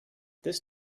this